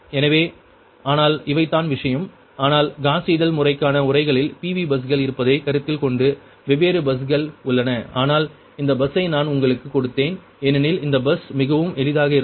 எனவே ஆனால் இவைதான் விஷயம் ஆனால் காஸ் சீடெல் முறைக்கான உரைகளில் PV பஸ்கள் இருப்பதைக் கருத்தில் கொண்டு வெவ்வேறு பஸ்கள் உள்ளன ஆனால் இந்த பஸ்ஸை நான் உங்களுக்குக் கொடுத்தேன் ஏனெனில் இந்த பஸ் மிகவும் எளிதாக இருக்கும்